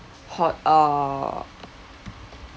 hot uh